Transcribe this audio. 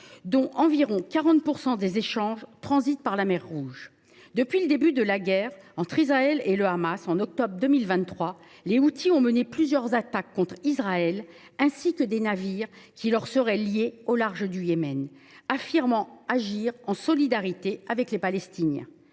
dont environ 40 % des échanges transitent par cette voie. Depuis le début de la guerre entre Israël et le Hamas, en octobre 2023, les Houthis ont mené plusieurs attaques contre Israël et contre des navires qui lui seraient liés au large du Yémen, affirmant agir en solidarité avec les Palestiniens.